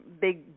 big